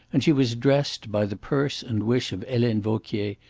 and she was dressed, by the purse and wish of helene vauquier,